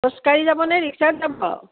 খোজকাঢ়ি যাবনে ৰিক্সাত যাব